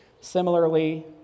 similarly